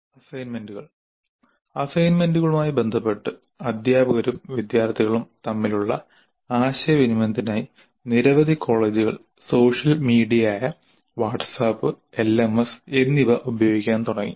അസൈൻമെന്റുകൾ അസൈൻമെന്റുകളുമായി ബന്ധപ്പെട്ട് അധ്യാപകരും വിദ്യാർത്ഥികളും തമ്മിലുള്ള ആശയവിനിമയത്തിനായി നിരവധി കോളേജുകൾ സോഷ്യൽ മീഡിയയായ വാട്ട്സ്ആപ്പ് എൽഎംഎസ് എന്നിവ ഉപയോഗിക്കാൻ തുടങ്ങി